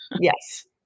Yes